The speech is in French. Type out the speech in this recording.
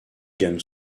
gamme